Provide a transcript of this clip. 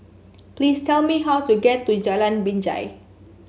please tell me how to get to Jalan Binjai